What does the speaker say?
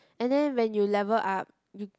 and then when you level up